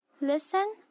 Listen